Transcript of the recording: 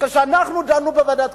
כשדנו בוועדת הכספים,